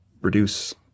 reduce